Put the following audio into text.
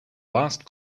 last